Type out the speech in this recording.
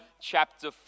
chapter